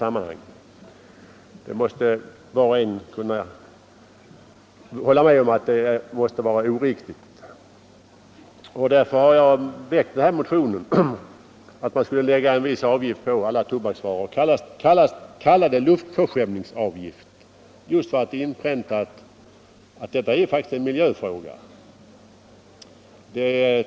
Var och en borde kunna hålla med om att det måste vara oriktigt. Detta är bakgrunden till att jag har väckt en motion om att man skulle lägga en viss avgift på alla tobaksvaror. Man bör kalla det luftförskämningsavgift just för att inpränta att detta faktiskt är en miljöfråga.